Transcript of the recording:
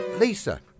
Lisa